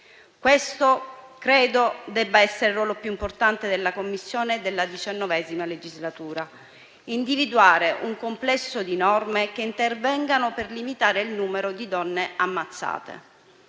Questo credo debba essere il ruolo più importante della Commissione della XIX legislatura: individuare un complesso di norme che intervengano per limitare il numero di donne ammazzate,